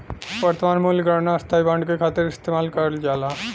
वर्तमान मूल्य गणना स्थायी बांड के खातिर इस्तेमाल करल जाला